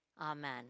Amen